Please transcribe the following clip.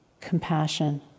compassion